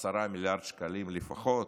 ב-10 מיליארד שקלים לפחות.